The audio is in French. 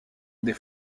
des